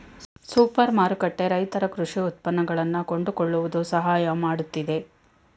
super ಮಾರುಕಟ್ಟೆ ರೈತರ ಕೃಷಿ ಉತ್ಪನ್ನಗಳನ್ನಾ ಕೊಂಡುಕೊಳ್ಳುವುದು ಸಹಾಯ ಮಾಡುತ್ತಿದೆ